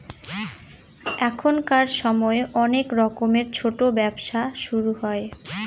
এখনকার সময় অনেক রকমের ছোটো ব্যবসা শুরু হয়